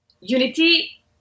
unity